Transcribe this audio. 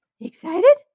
Excited